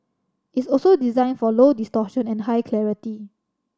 it's also designed for low distortion and high clarity